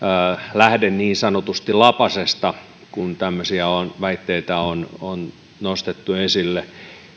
lähde niin sanotusti lapasesta kun tämmöisiä väitteitä on on nostettu esille